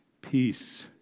Peace